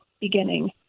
beginning